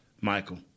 Michael